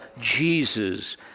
Jesus